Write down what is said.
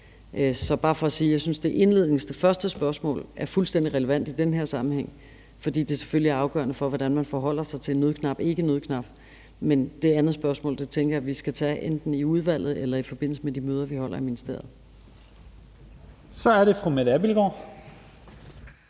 er bare for at sige, at jeg synes, at det første spørgsmål er fuldstændig relevant i den her sammenhæng, fordi det selvfølgelig er afgørende for, hvordan man forholder sig til en nødknap eller ikke en nødknap. Men det andet spørgsmål tænker jeg at vi skal tage enten i udvalget eller i forbindelse med de møder, vi holder i ministeriet. Kl. 22:27 Første næstformand